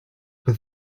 but